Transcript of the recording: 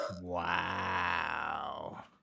Wow